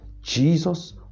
jesus